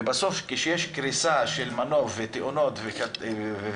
ובסוף, כשיש קריסה של מנוף ותאונות והרוגים